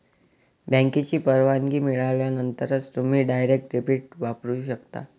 बँकेची परवानगी मिळाल्यानंतरच तुम्ही डायरेक्ट डेबिट वापरू शकता